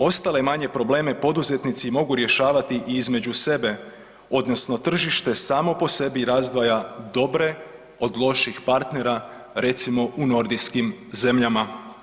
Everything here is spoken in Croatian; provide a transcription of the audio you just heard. Ostale manje probleme poduzetnici mogu rješavati i između sebe odnosno tržište samo po sebi razdvaja dobre od loših partnera recimo u nordijskim zemljama.